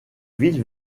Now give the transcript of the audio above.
ville